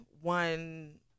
one